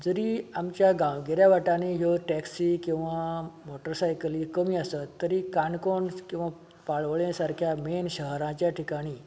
जरी आमच्या गांवगिऱ्या वाटारांनी ह्यो टॅक्सी किंवा मोटारसायकली कमी आसात तरी काणकोण किंवा पाळोळें सारक्या मेन शारांच्या ठिकाणी